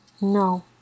No